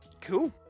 Cool